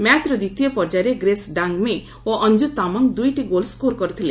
ମ୍ୟାଚର ଦ୍ୱିତୀୟ ପର୍ଯ୍ୟାୟରେ ଗ୍ରେସ୍ ଡାଙ୍ଗମେଇ ଓ ଅଞ୍ଜୁ ତାମଙ୍ଗ ଦୁଇଟି ଗୋଲ ସ୍କୋର କରିଥିଲେ